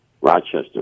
rochester